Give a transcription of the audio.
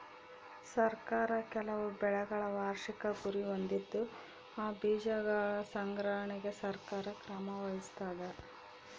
ಸರ್ಕಾರ ಕೆಲವು ಬೆಳೆಗಳ ವಾರ್ಷಿಕ ಗುರಿ ಹೊಂದಿದ್ದು ಆ ಬೀಜಗಳ ಸಂಗ್ರಹಣೆಗೆ ಸರ್ಕಾರ ಕ್ರಮ ವಹಿಸ್ತಾದ